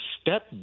step